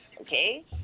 Okay